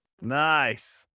Nice